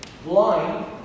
blind